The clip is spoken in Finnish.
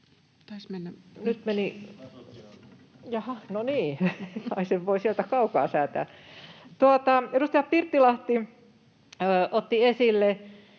Edustaja Pirttilahti otti esille